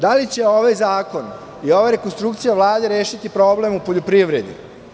Da li će ovaj zakon i ova rekonstrukcija Vlade rešiti problem u poljoprivredi.